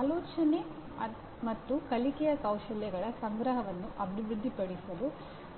ಇದು ಆಲೋಚನೆ ಮತ್ತು ಕಲಿಕೆಯ ಕೌಶಲ್ಯಗಳ ಸಂಗ್ರಹವನ್ನು ಅಭಿವೃದ್ಧಿಪಡಿಸಲು